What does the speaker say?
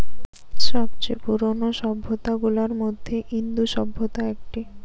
সব চেয়ে পুরানো সভ্যতা গুলার মধ্যে ইন্দু সভ্যতা একটি